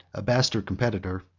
a bastard competitor,